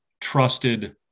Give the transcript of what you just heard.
trusted